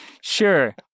Sure